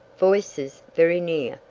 voices, very near,